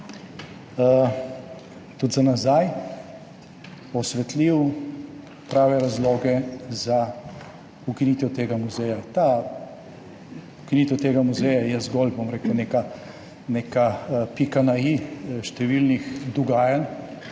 tudi za nazaj osvetlil prave razloge za ukinitev tega muzeja. Ukinitev tega muzeja je zgolj neka pika na i številnih dogajanj,